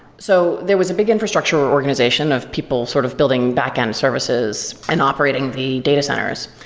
so there was a big infrastructure organization of people sort of building back-end services and operating the data centers.